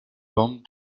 bande